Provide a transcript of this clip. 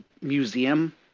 museum